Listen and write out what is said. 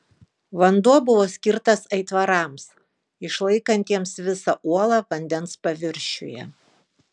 vanduo buvo skirtas aitvarams išlaikantiems visą uolą vandens paviršiuje